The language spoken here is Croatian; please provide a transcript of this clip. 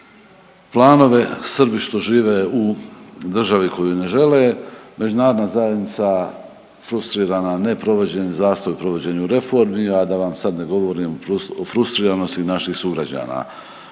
planove, Srbi što žive u državi koju ne žele, međunarodna zajednica frustrirana neprovođenjem .../Govornik se ne razumije./... neprovođenju reformi, a da vam sad ne govorim o frustriranosti naših sugrađana.